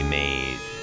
made